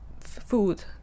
food